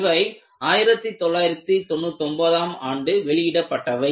இவை 1997ம் ஆண்டு வெளியிடப்பட்டவை